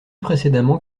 précédemment